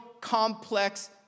complex